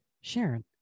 Sharon